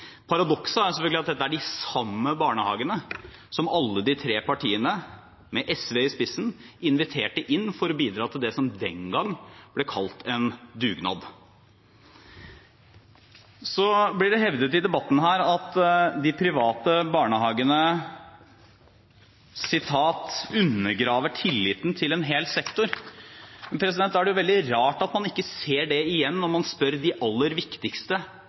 Paradokset er selvfølgelig at dette er de samme barnehagene som alle de tre partiene, med SV i spissen, inviterte til å bidra til det som den gang ble kalt en dugnad. Så blir det hevdet i debatten her at de private barnehagene undergraver tilliten til en hel sektor. Da er det veldig rart at man ikke ser det igjen når man spør de aller viktigste,